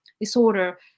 disorder